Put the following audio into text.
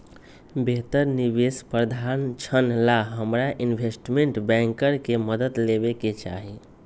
बेहतर निवेश प्रधारक्षण ला हमरा इनवेस्टमेंट बैंकर के मदद लेवे के चाहि